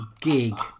gig